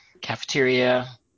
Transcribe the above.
cafeteria